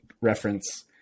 reference